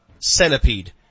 Centipede